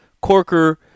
Corker